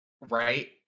Right